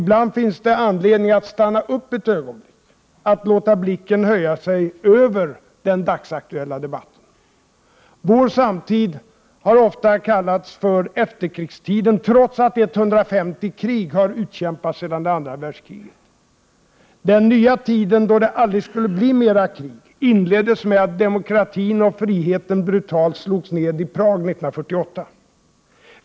Ibland finns det anledning att stanna upp ett ögonblick, att låta blicken höja sig över den dagsaktuella debatten. Vår samtid har ofta kallats efterkrigstiden, trots att 150 krig har utkämpats efter det andra världskriget. Den tid då det aldrig skulle bli flera krig inleddes med att demokratin och friheten brutalt slogs ned i Prag 1948.